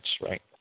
right